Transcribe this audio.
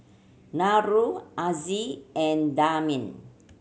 Nurul Aziz and Damia